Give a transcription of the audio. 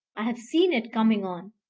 i have seen it coming on